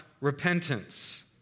repentance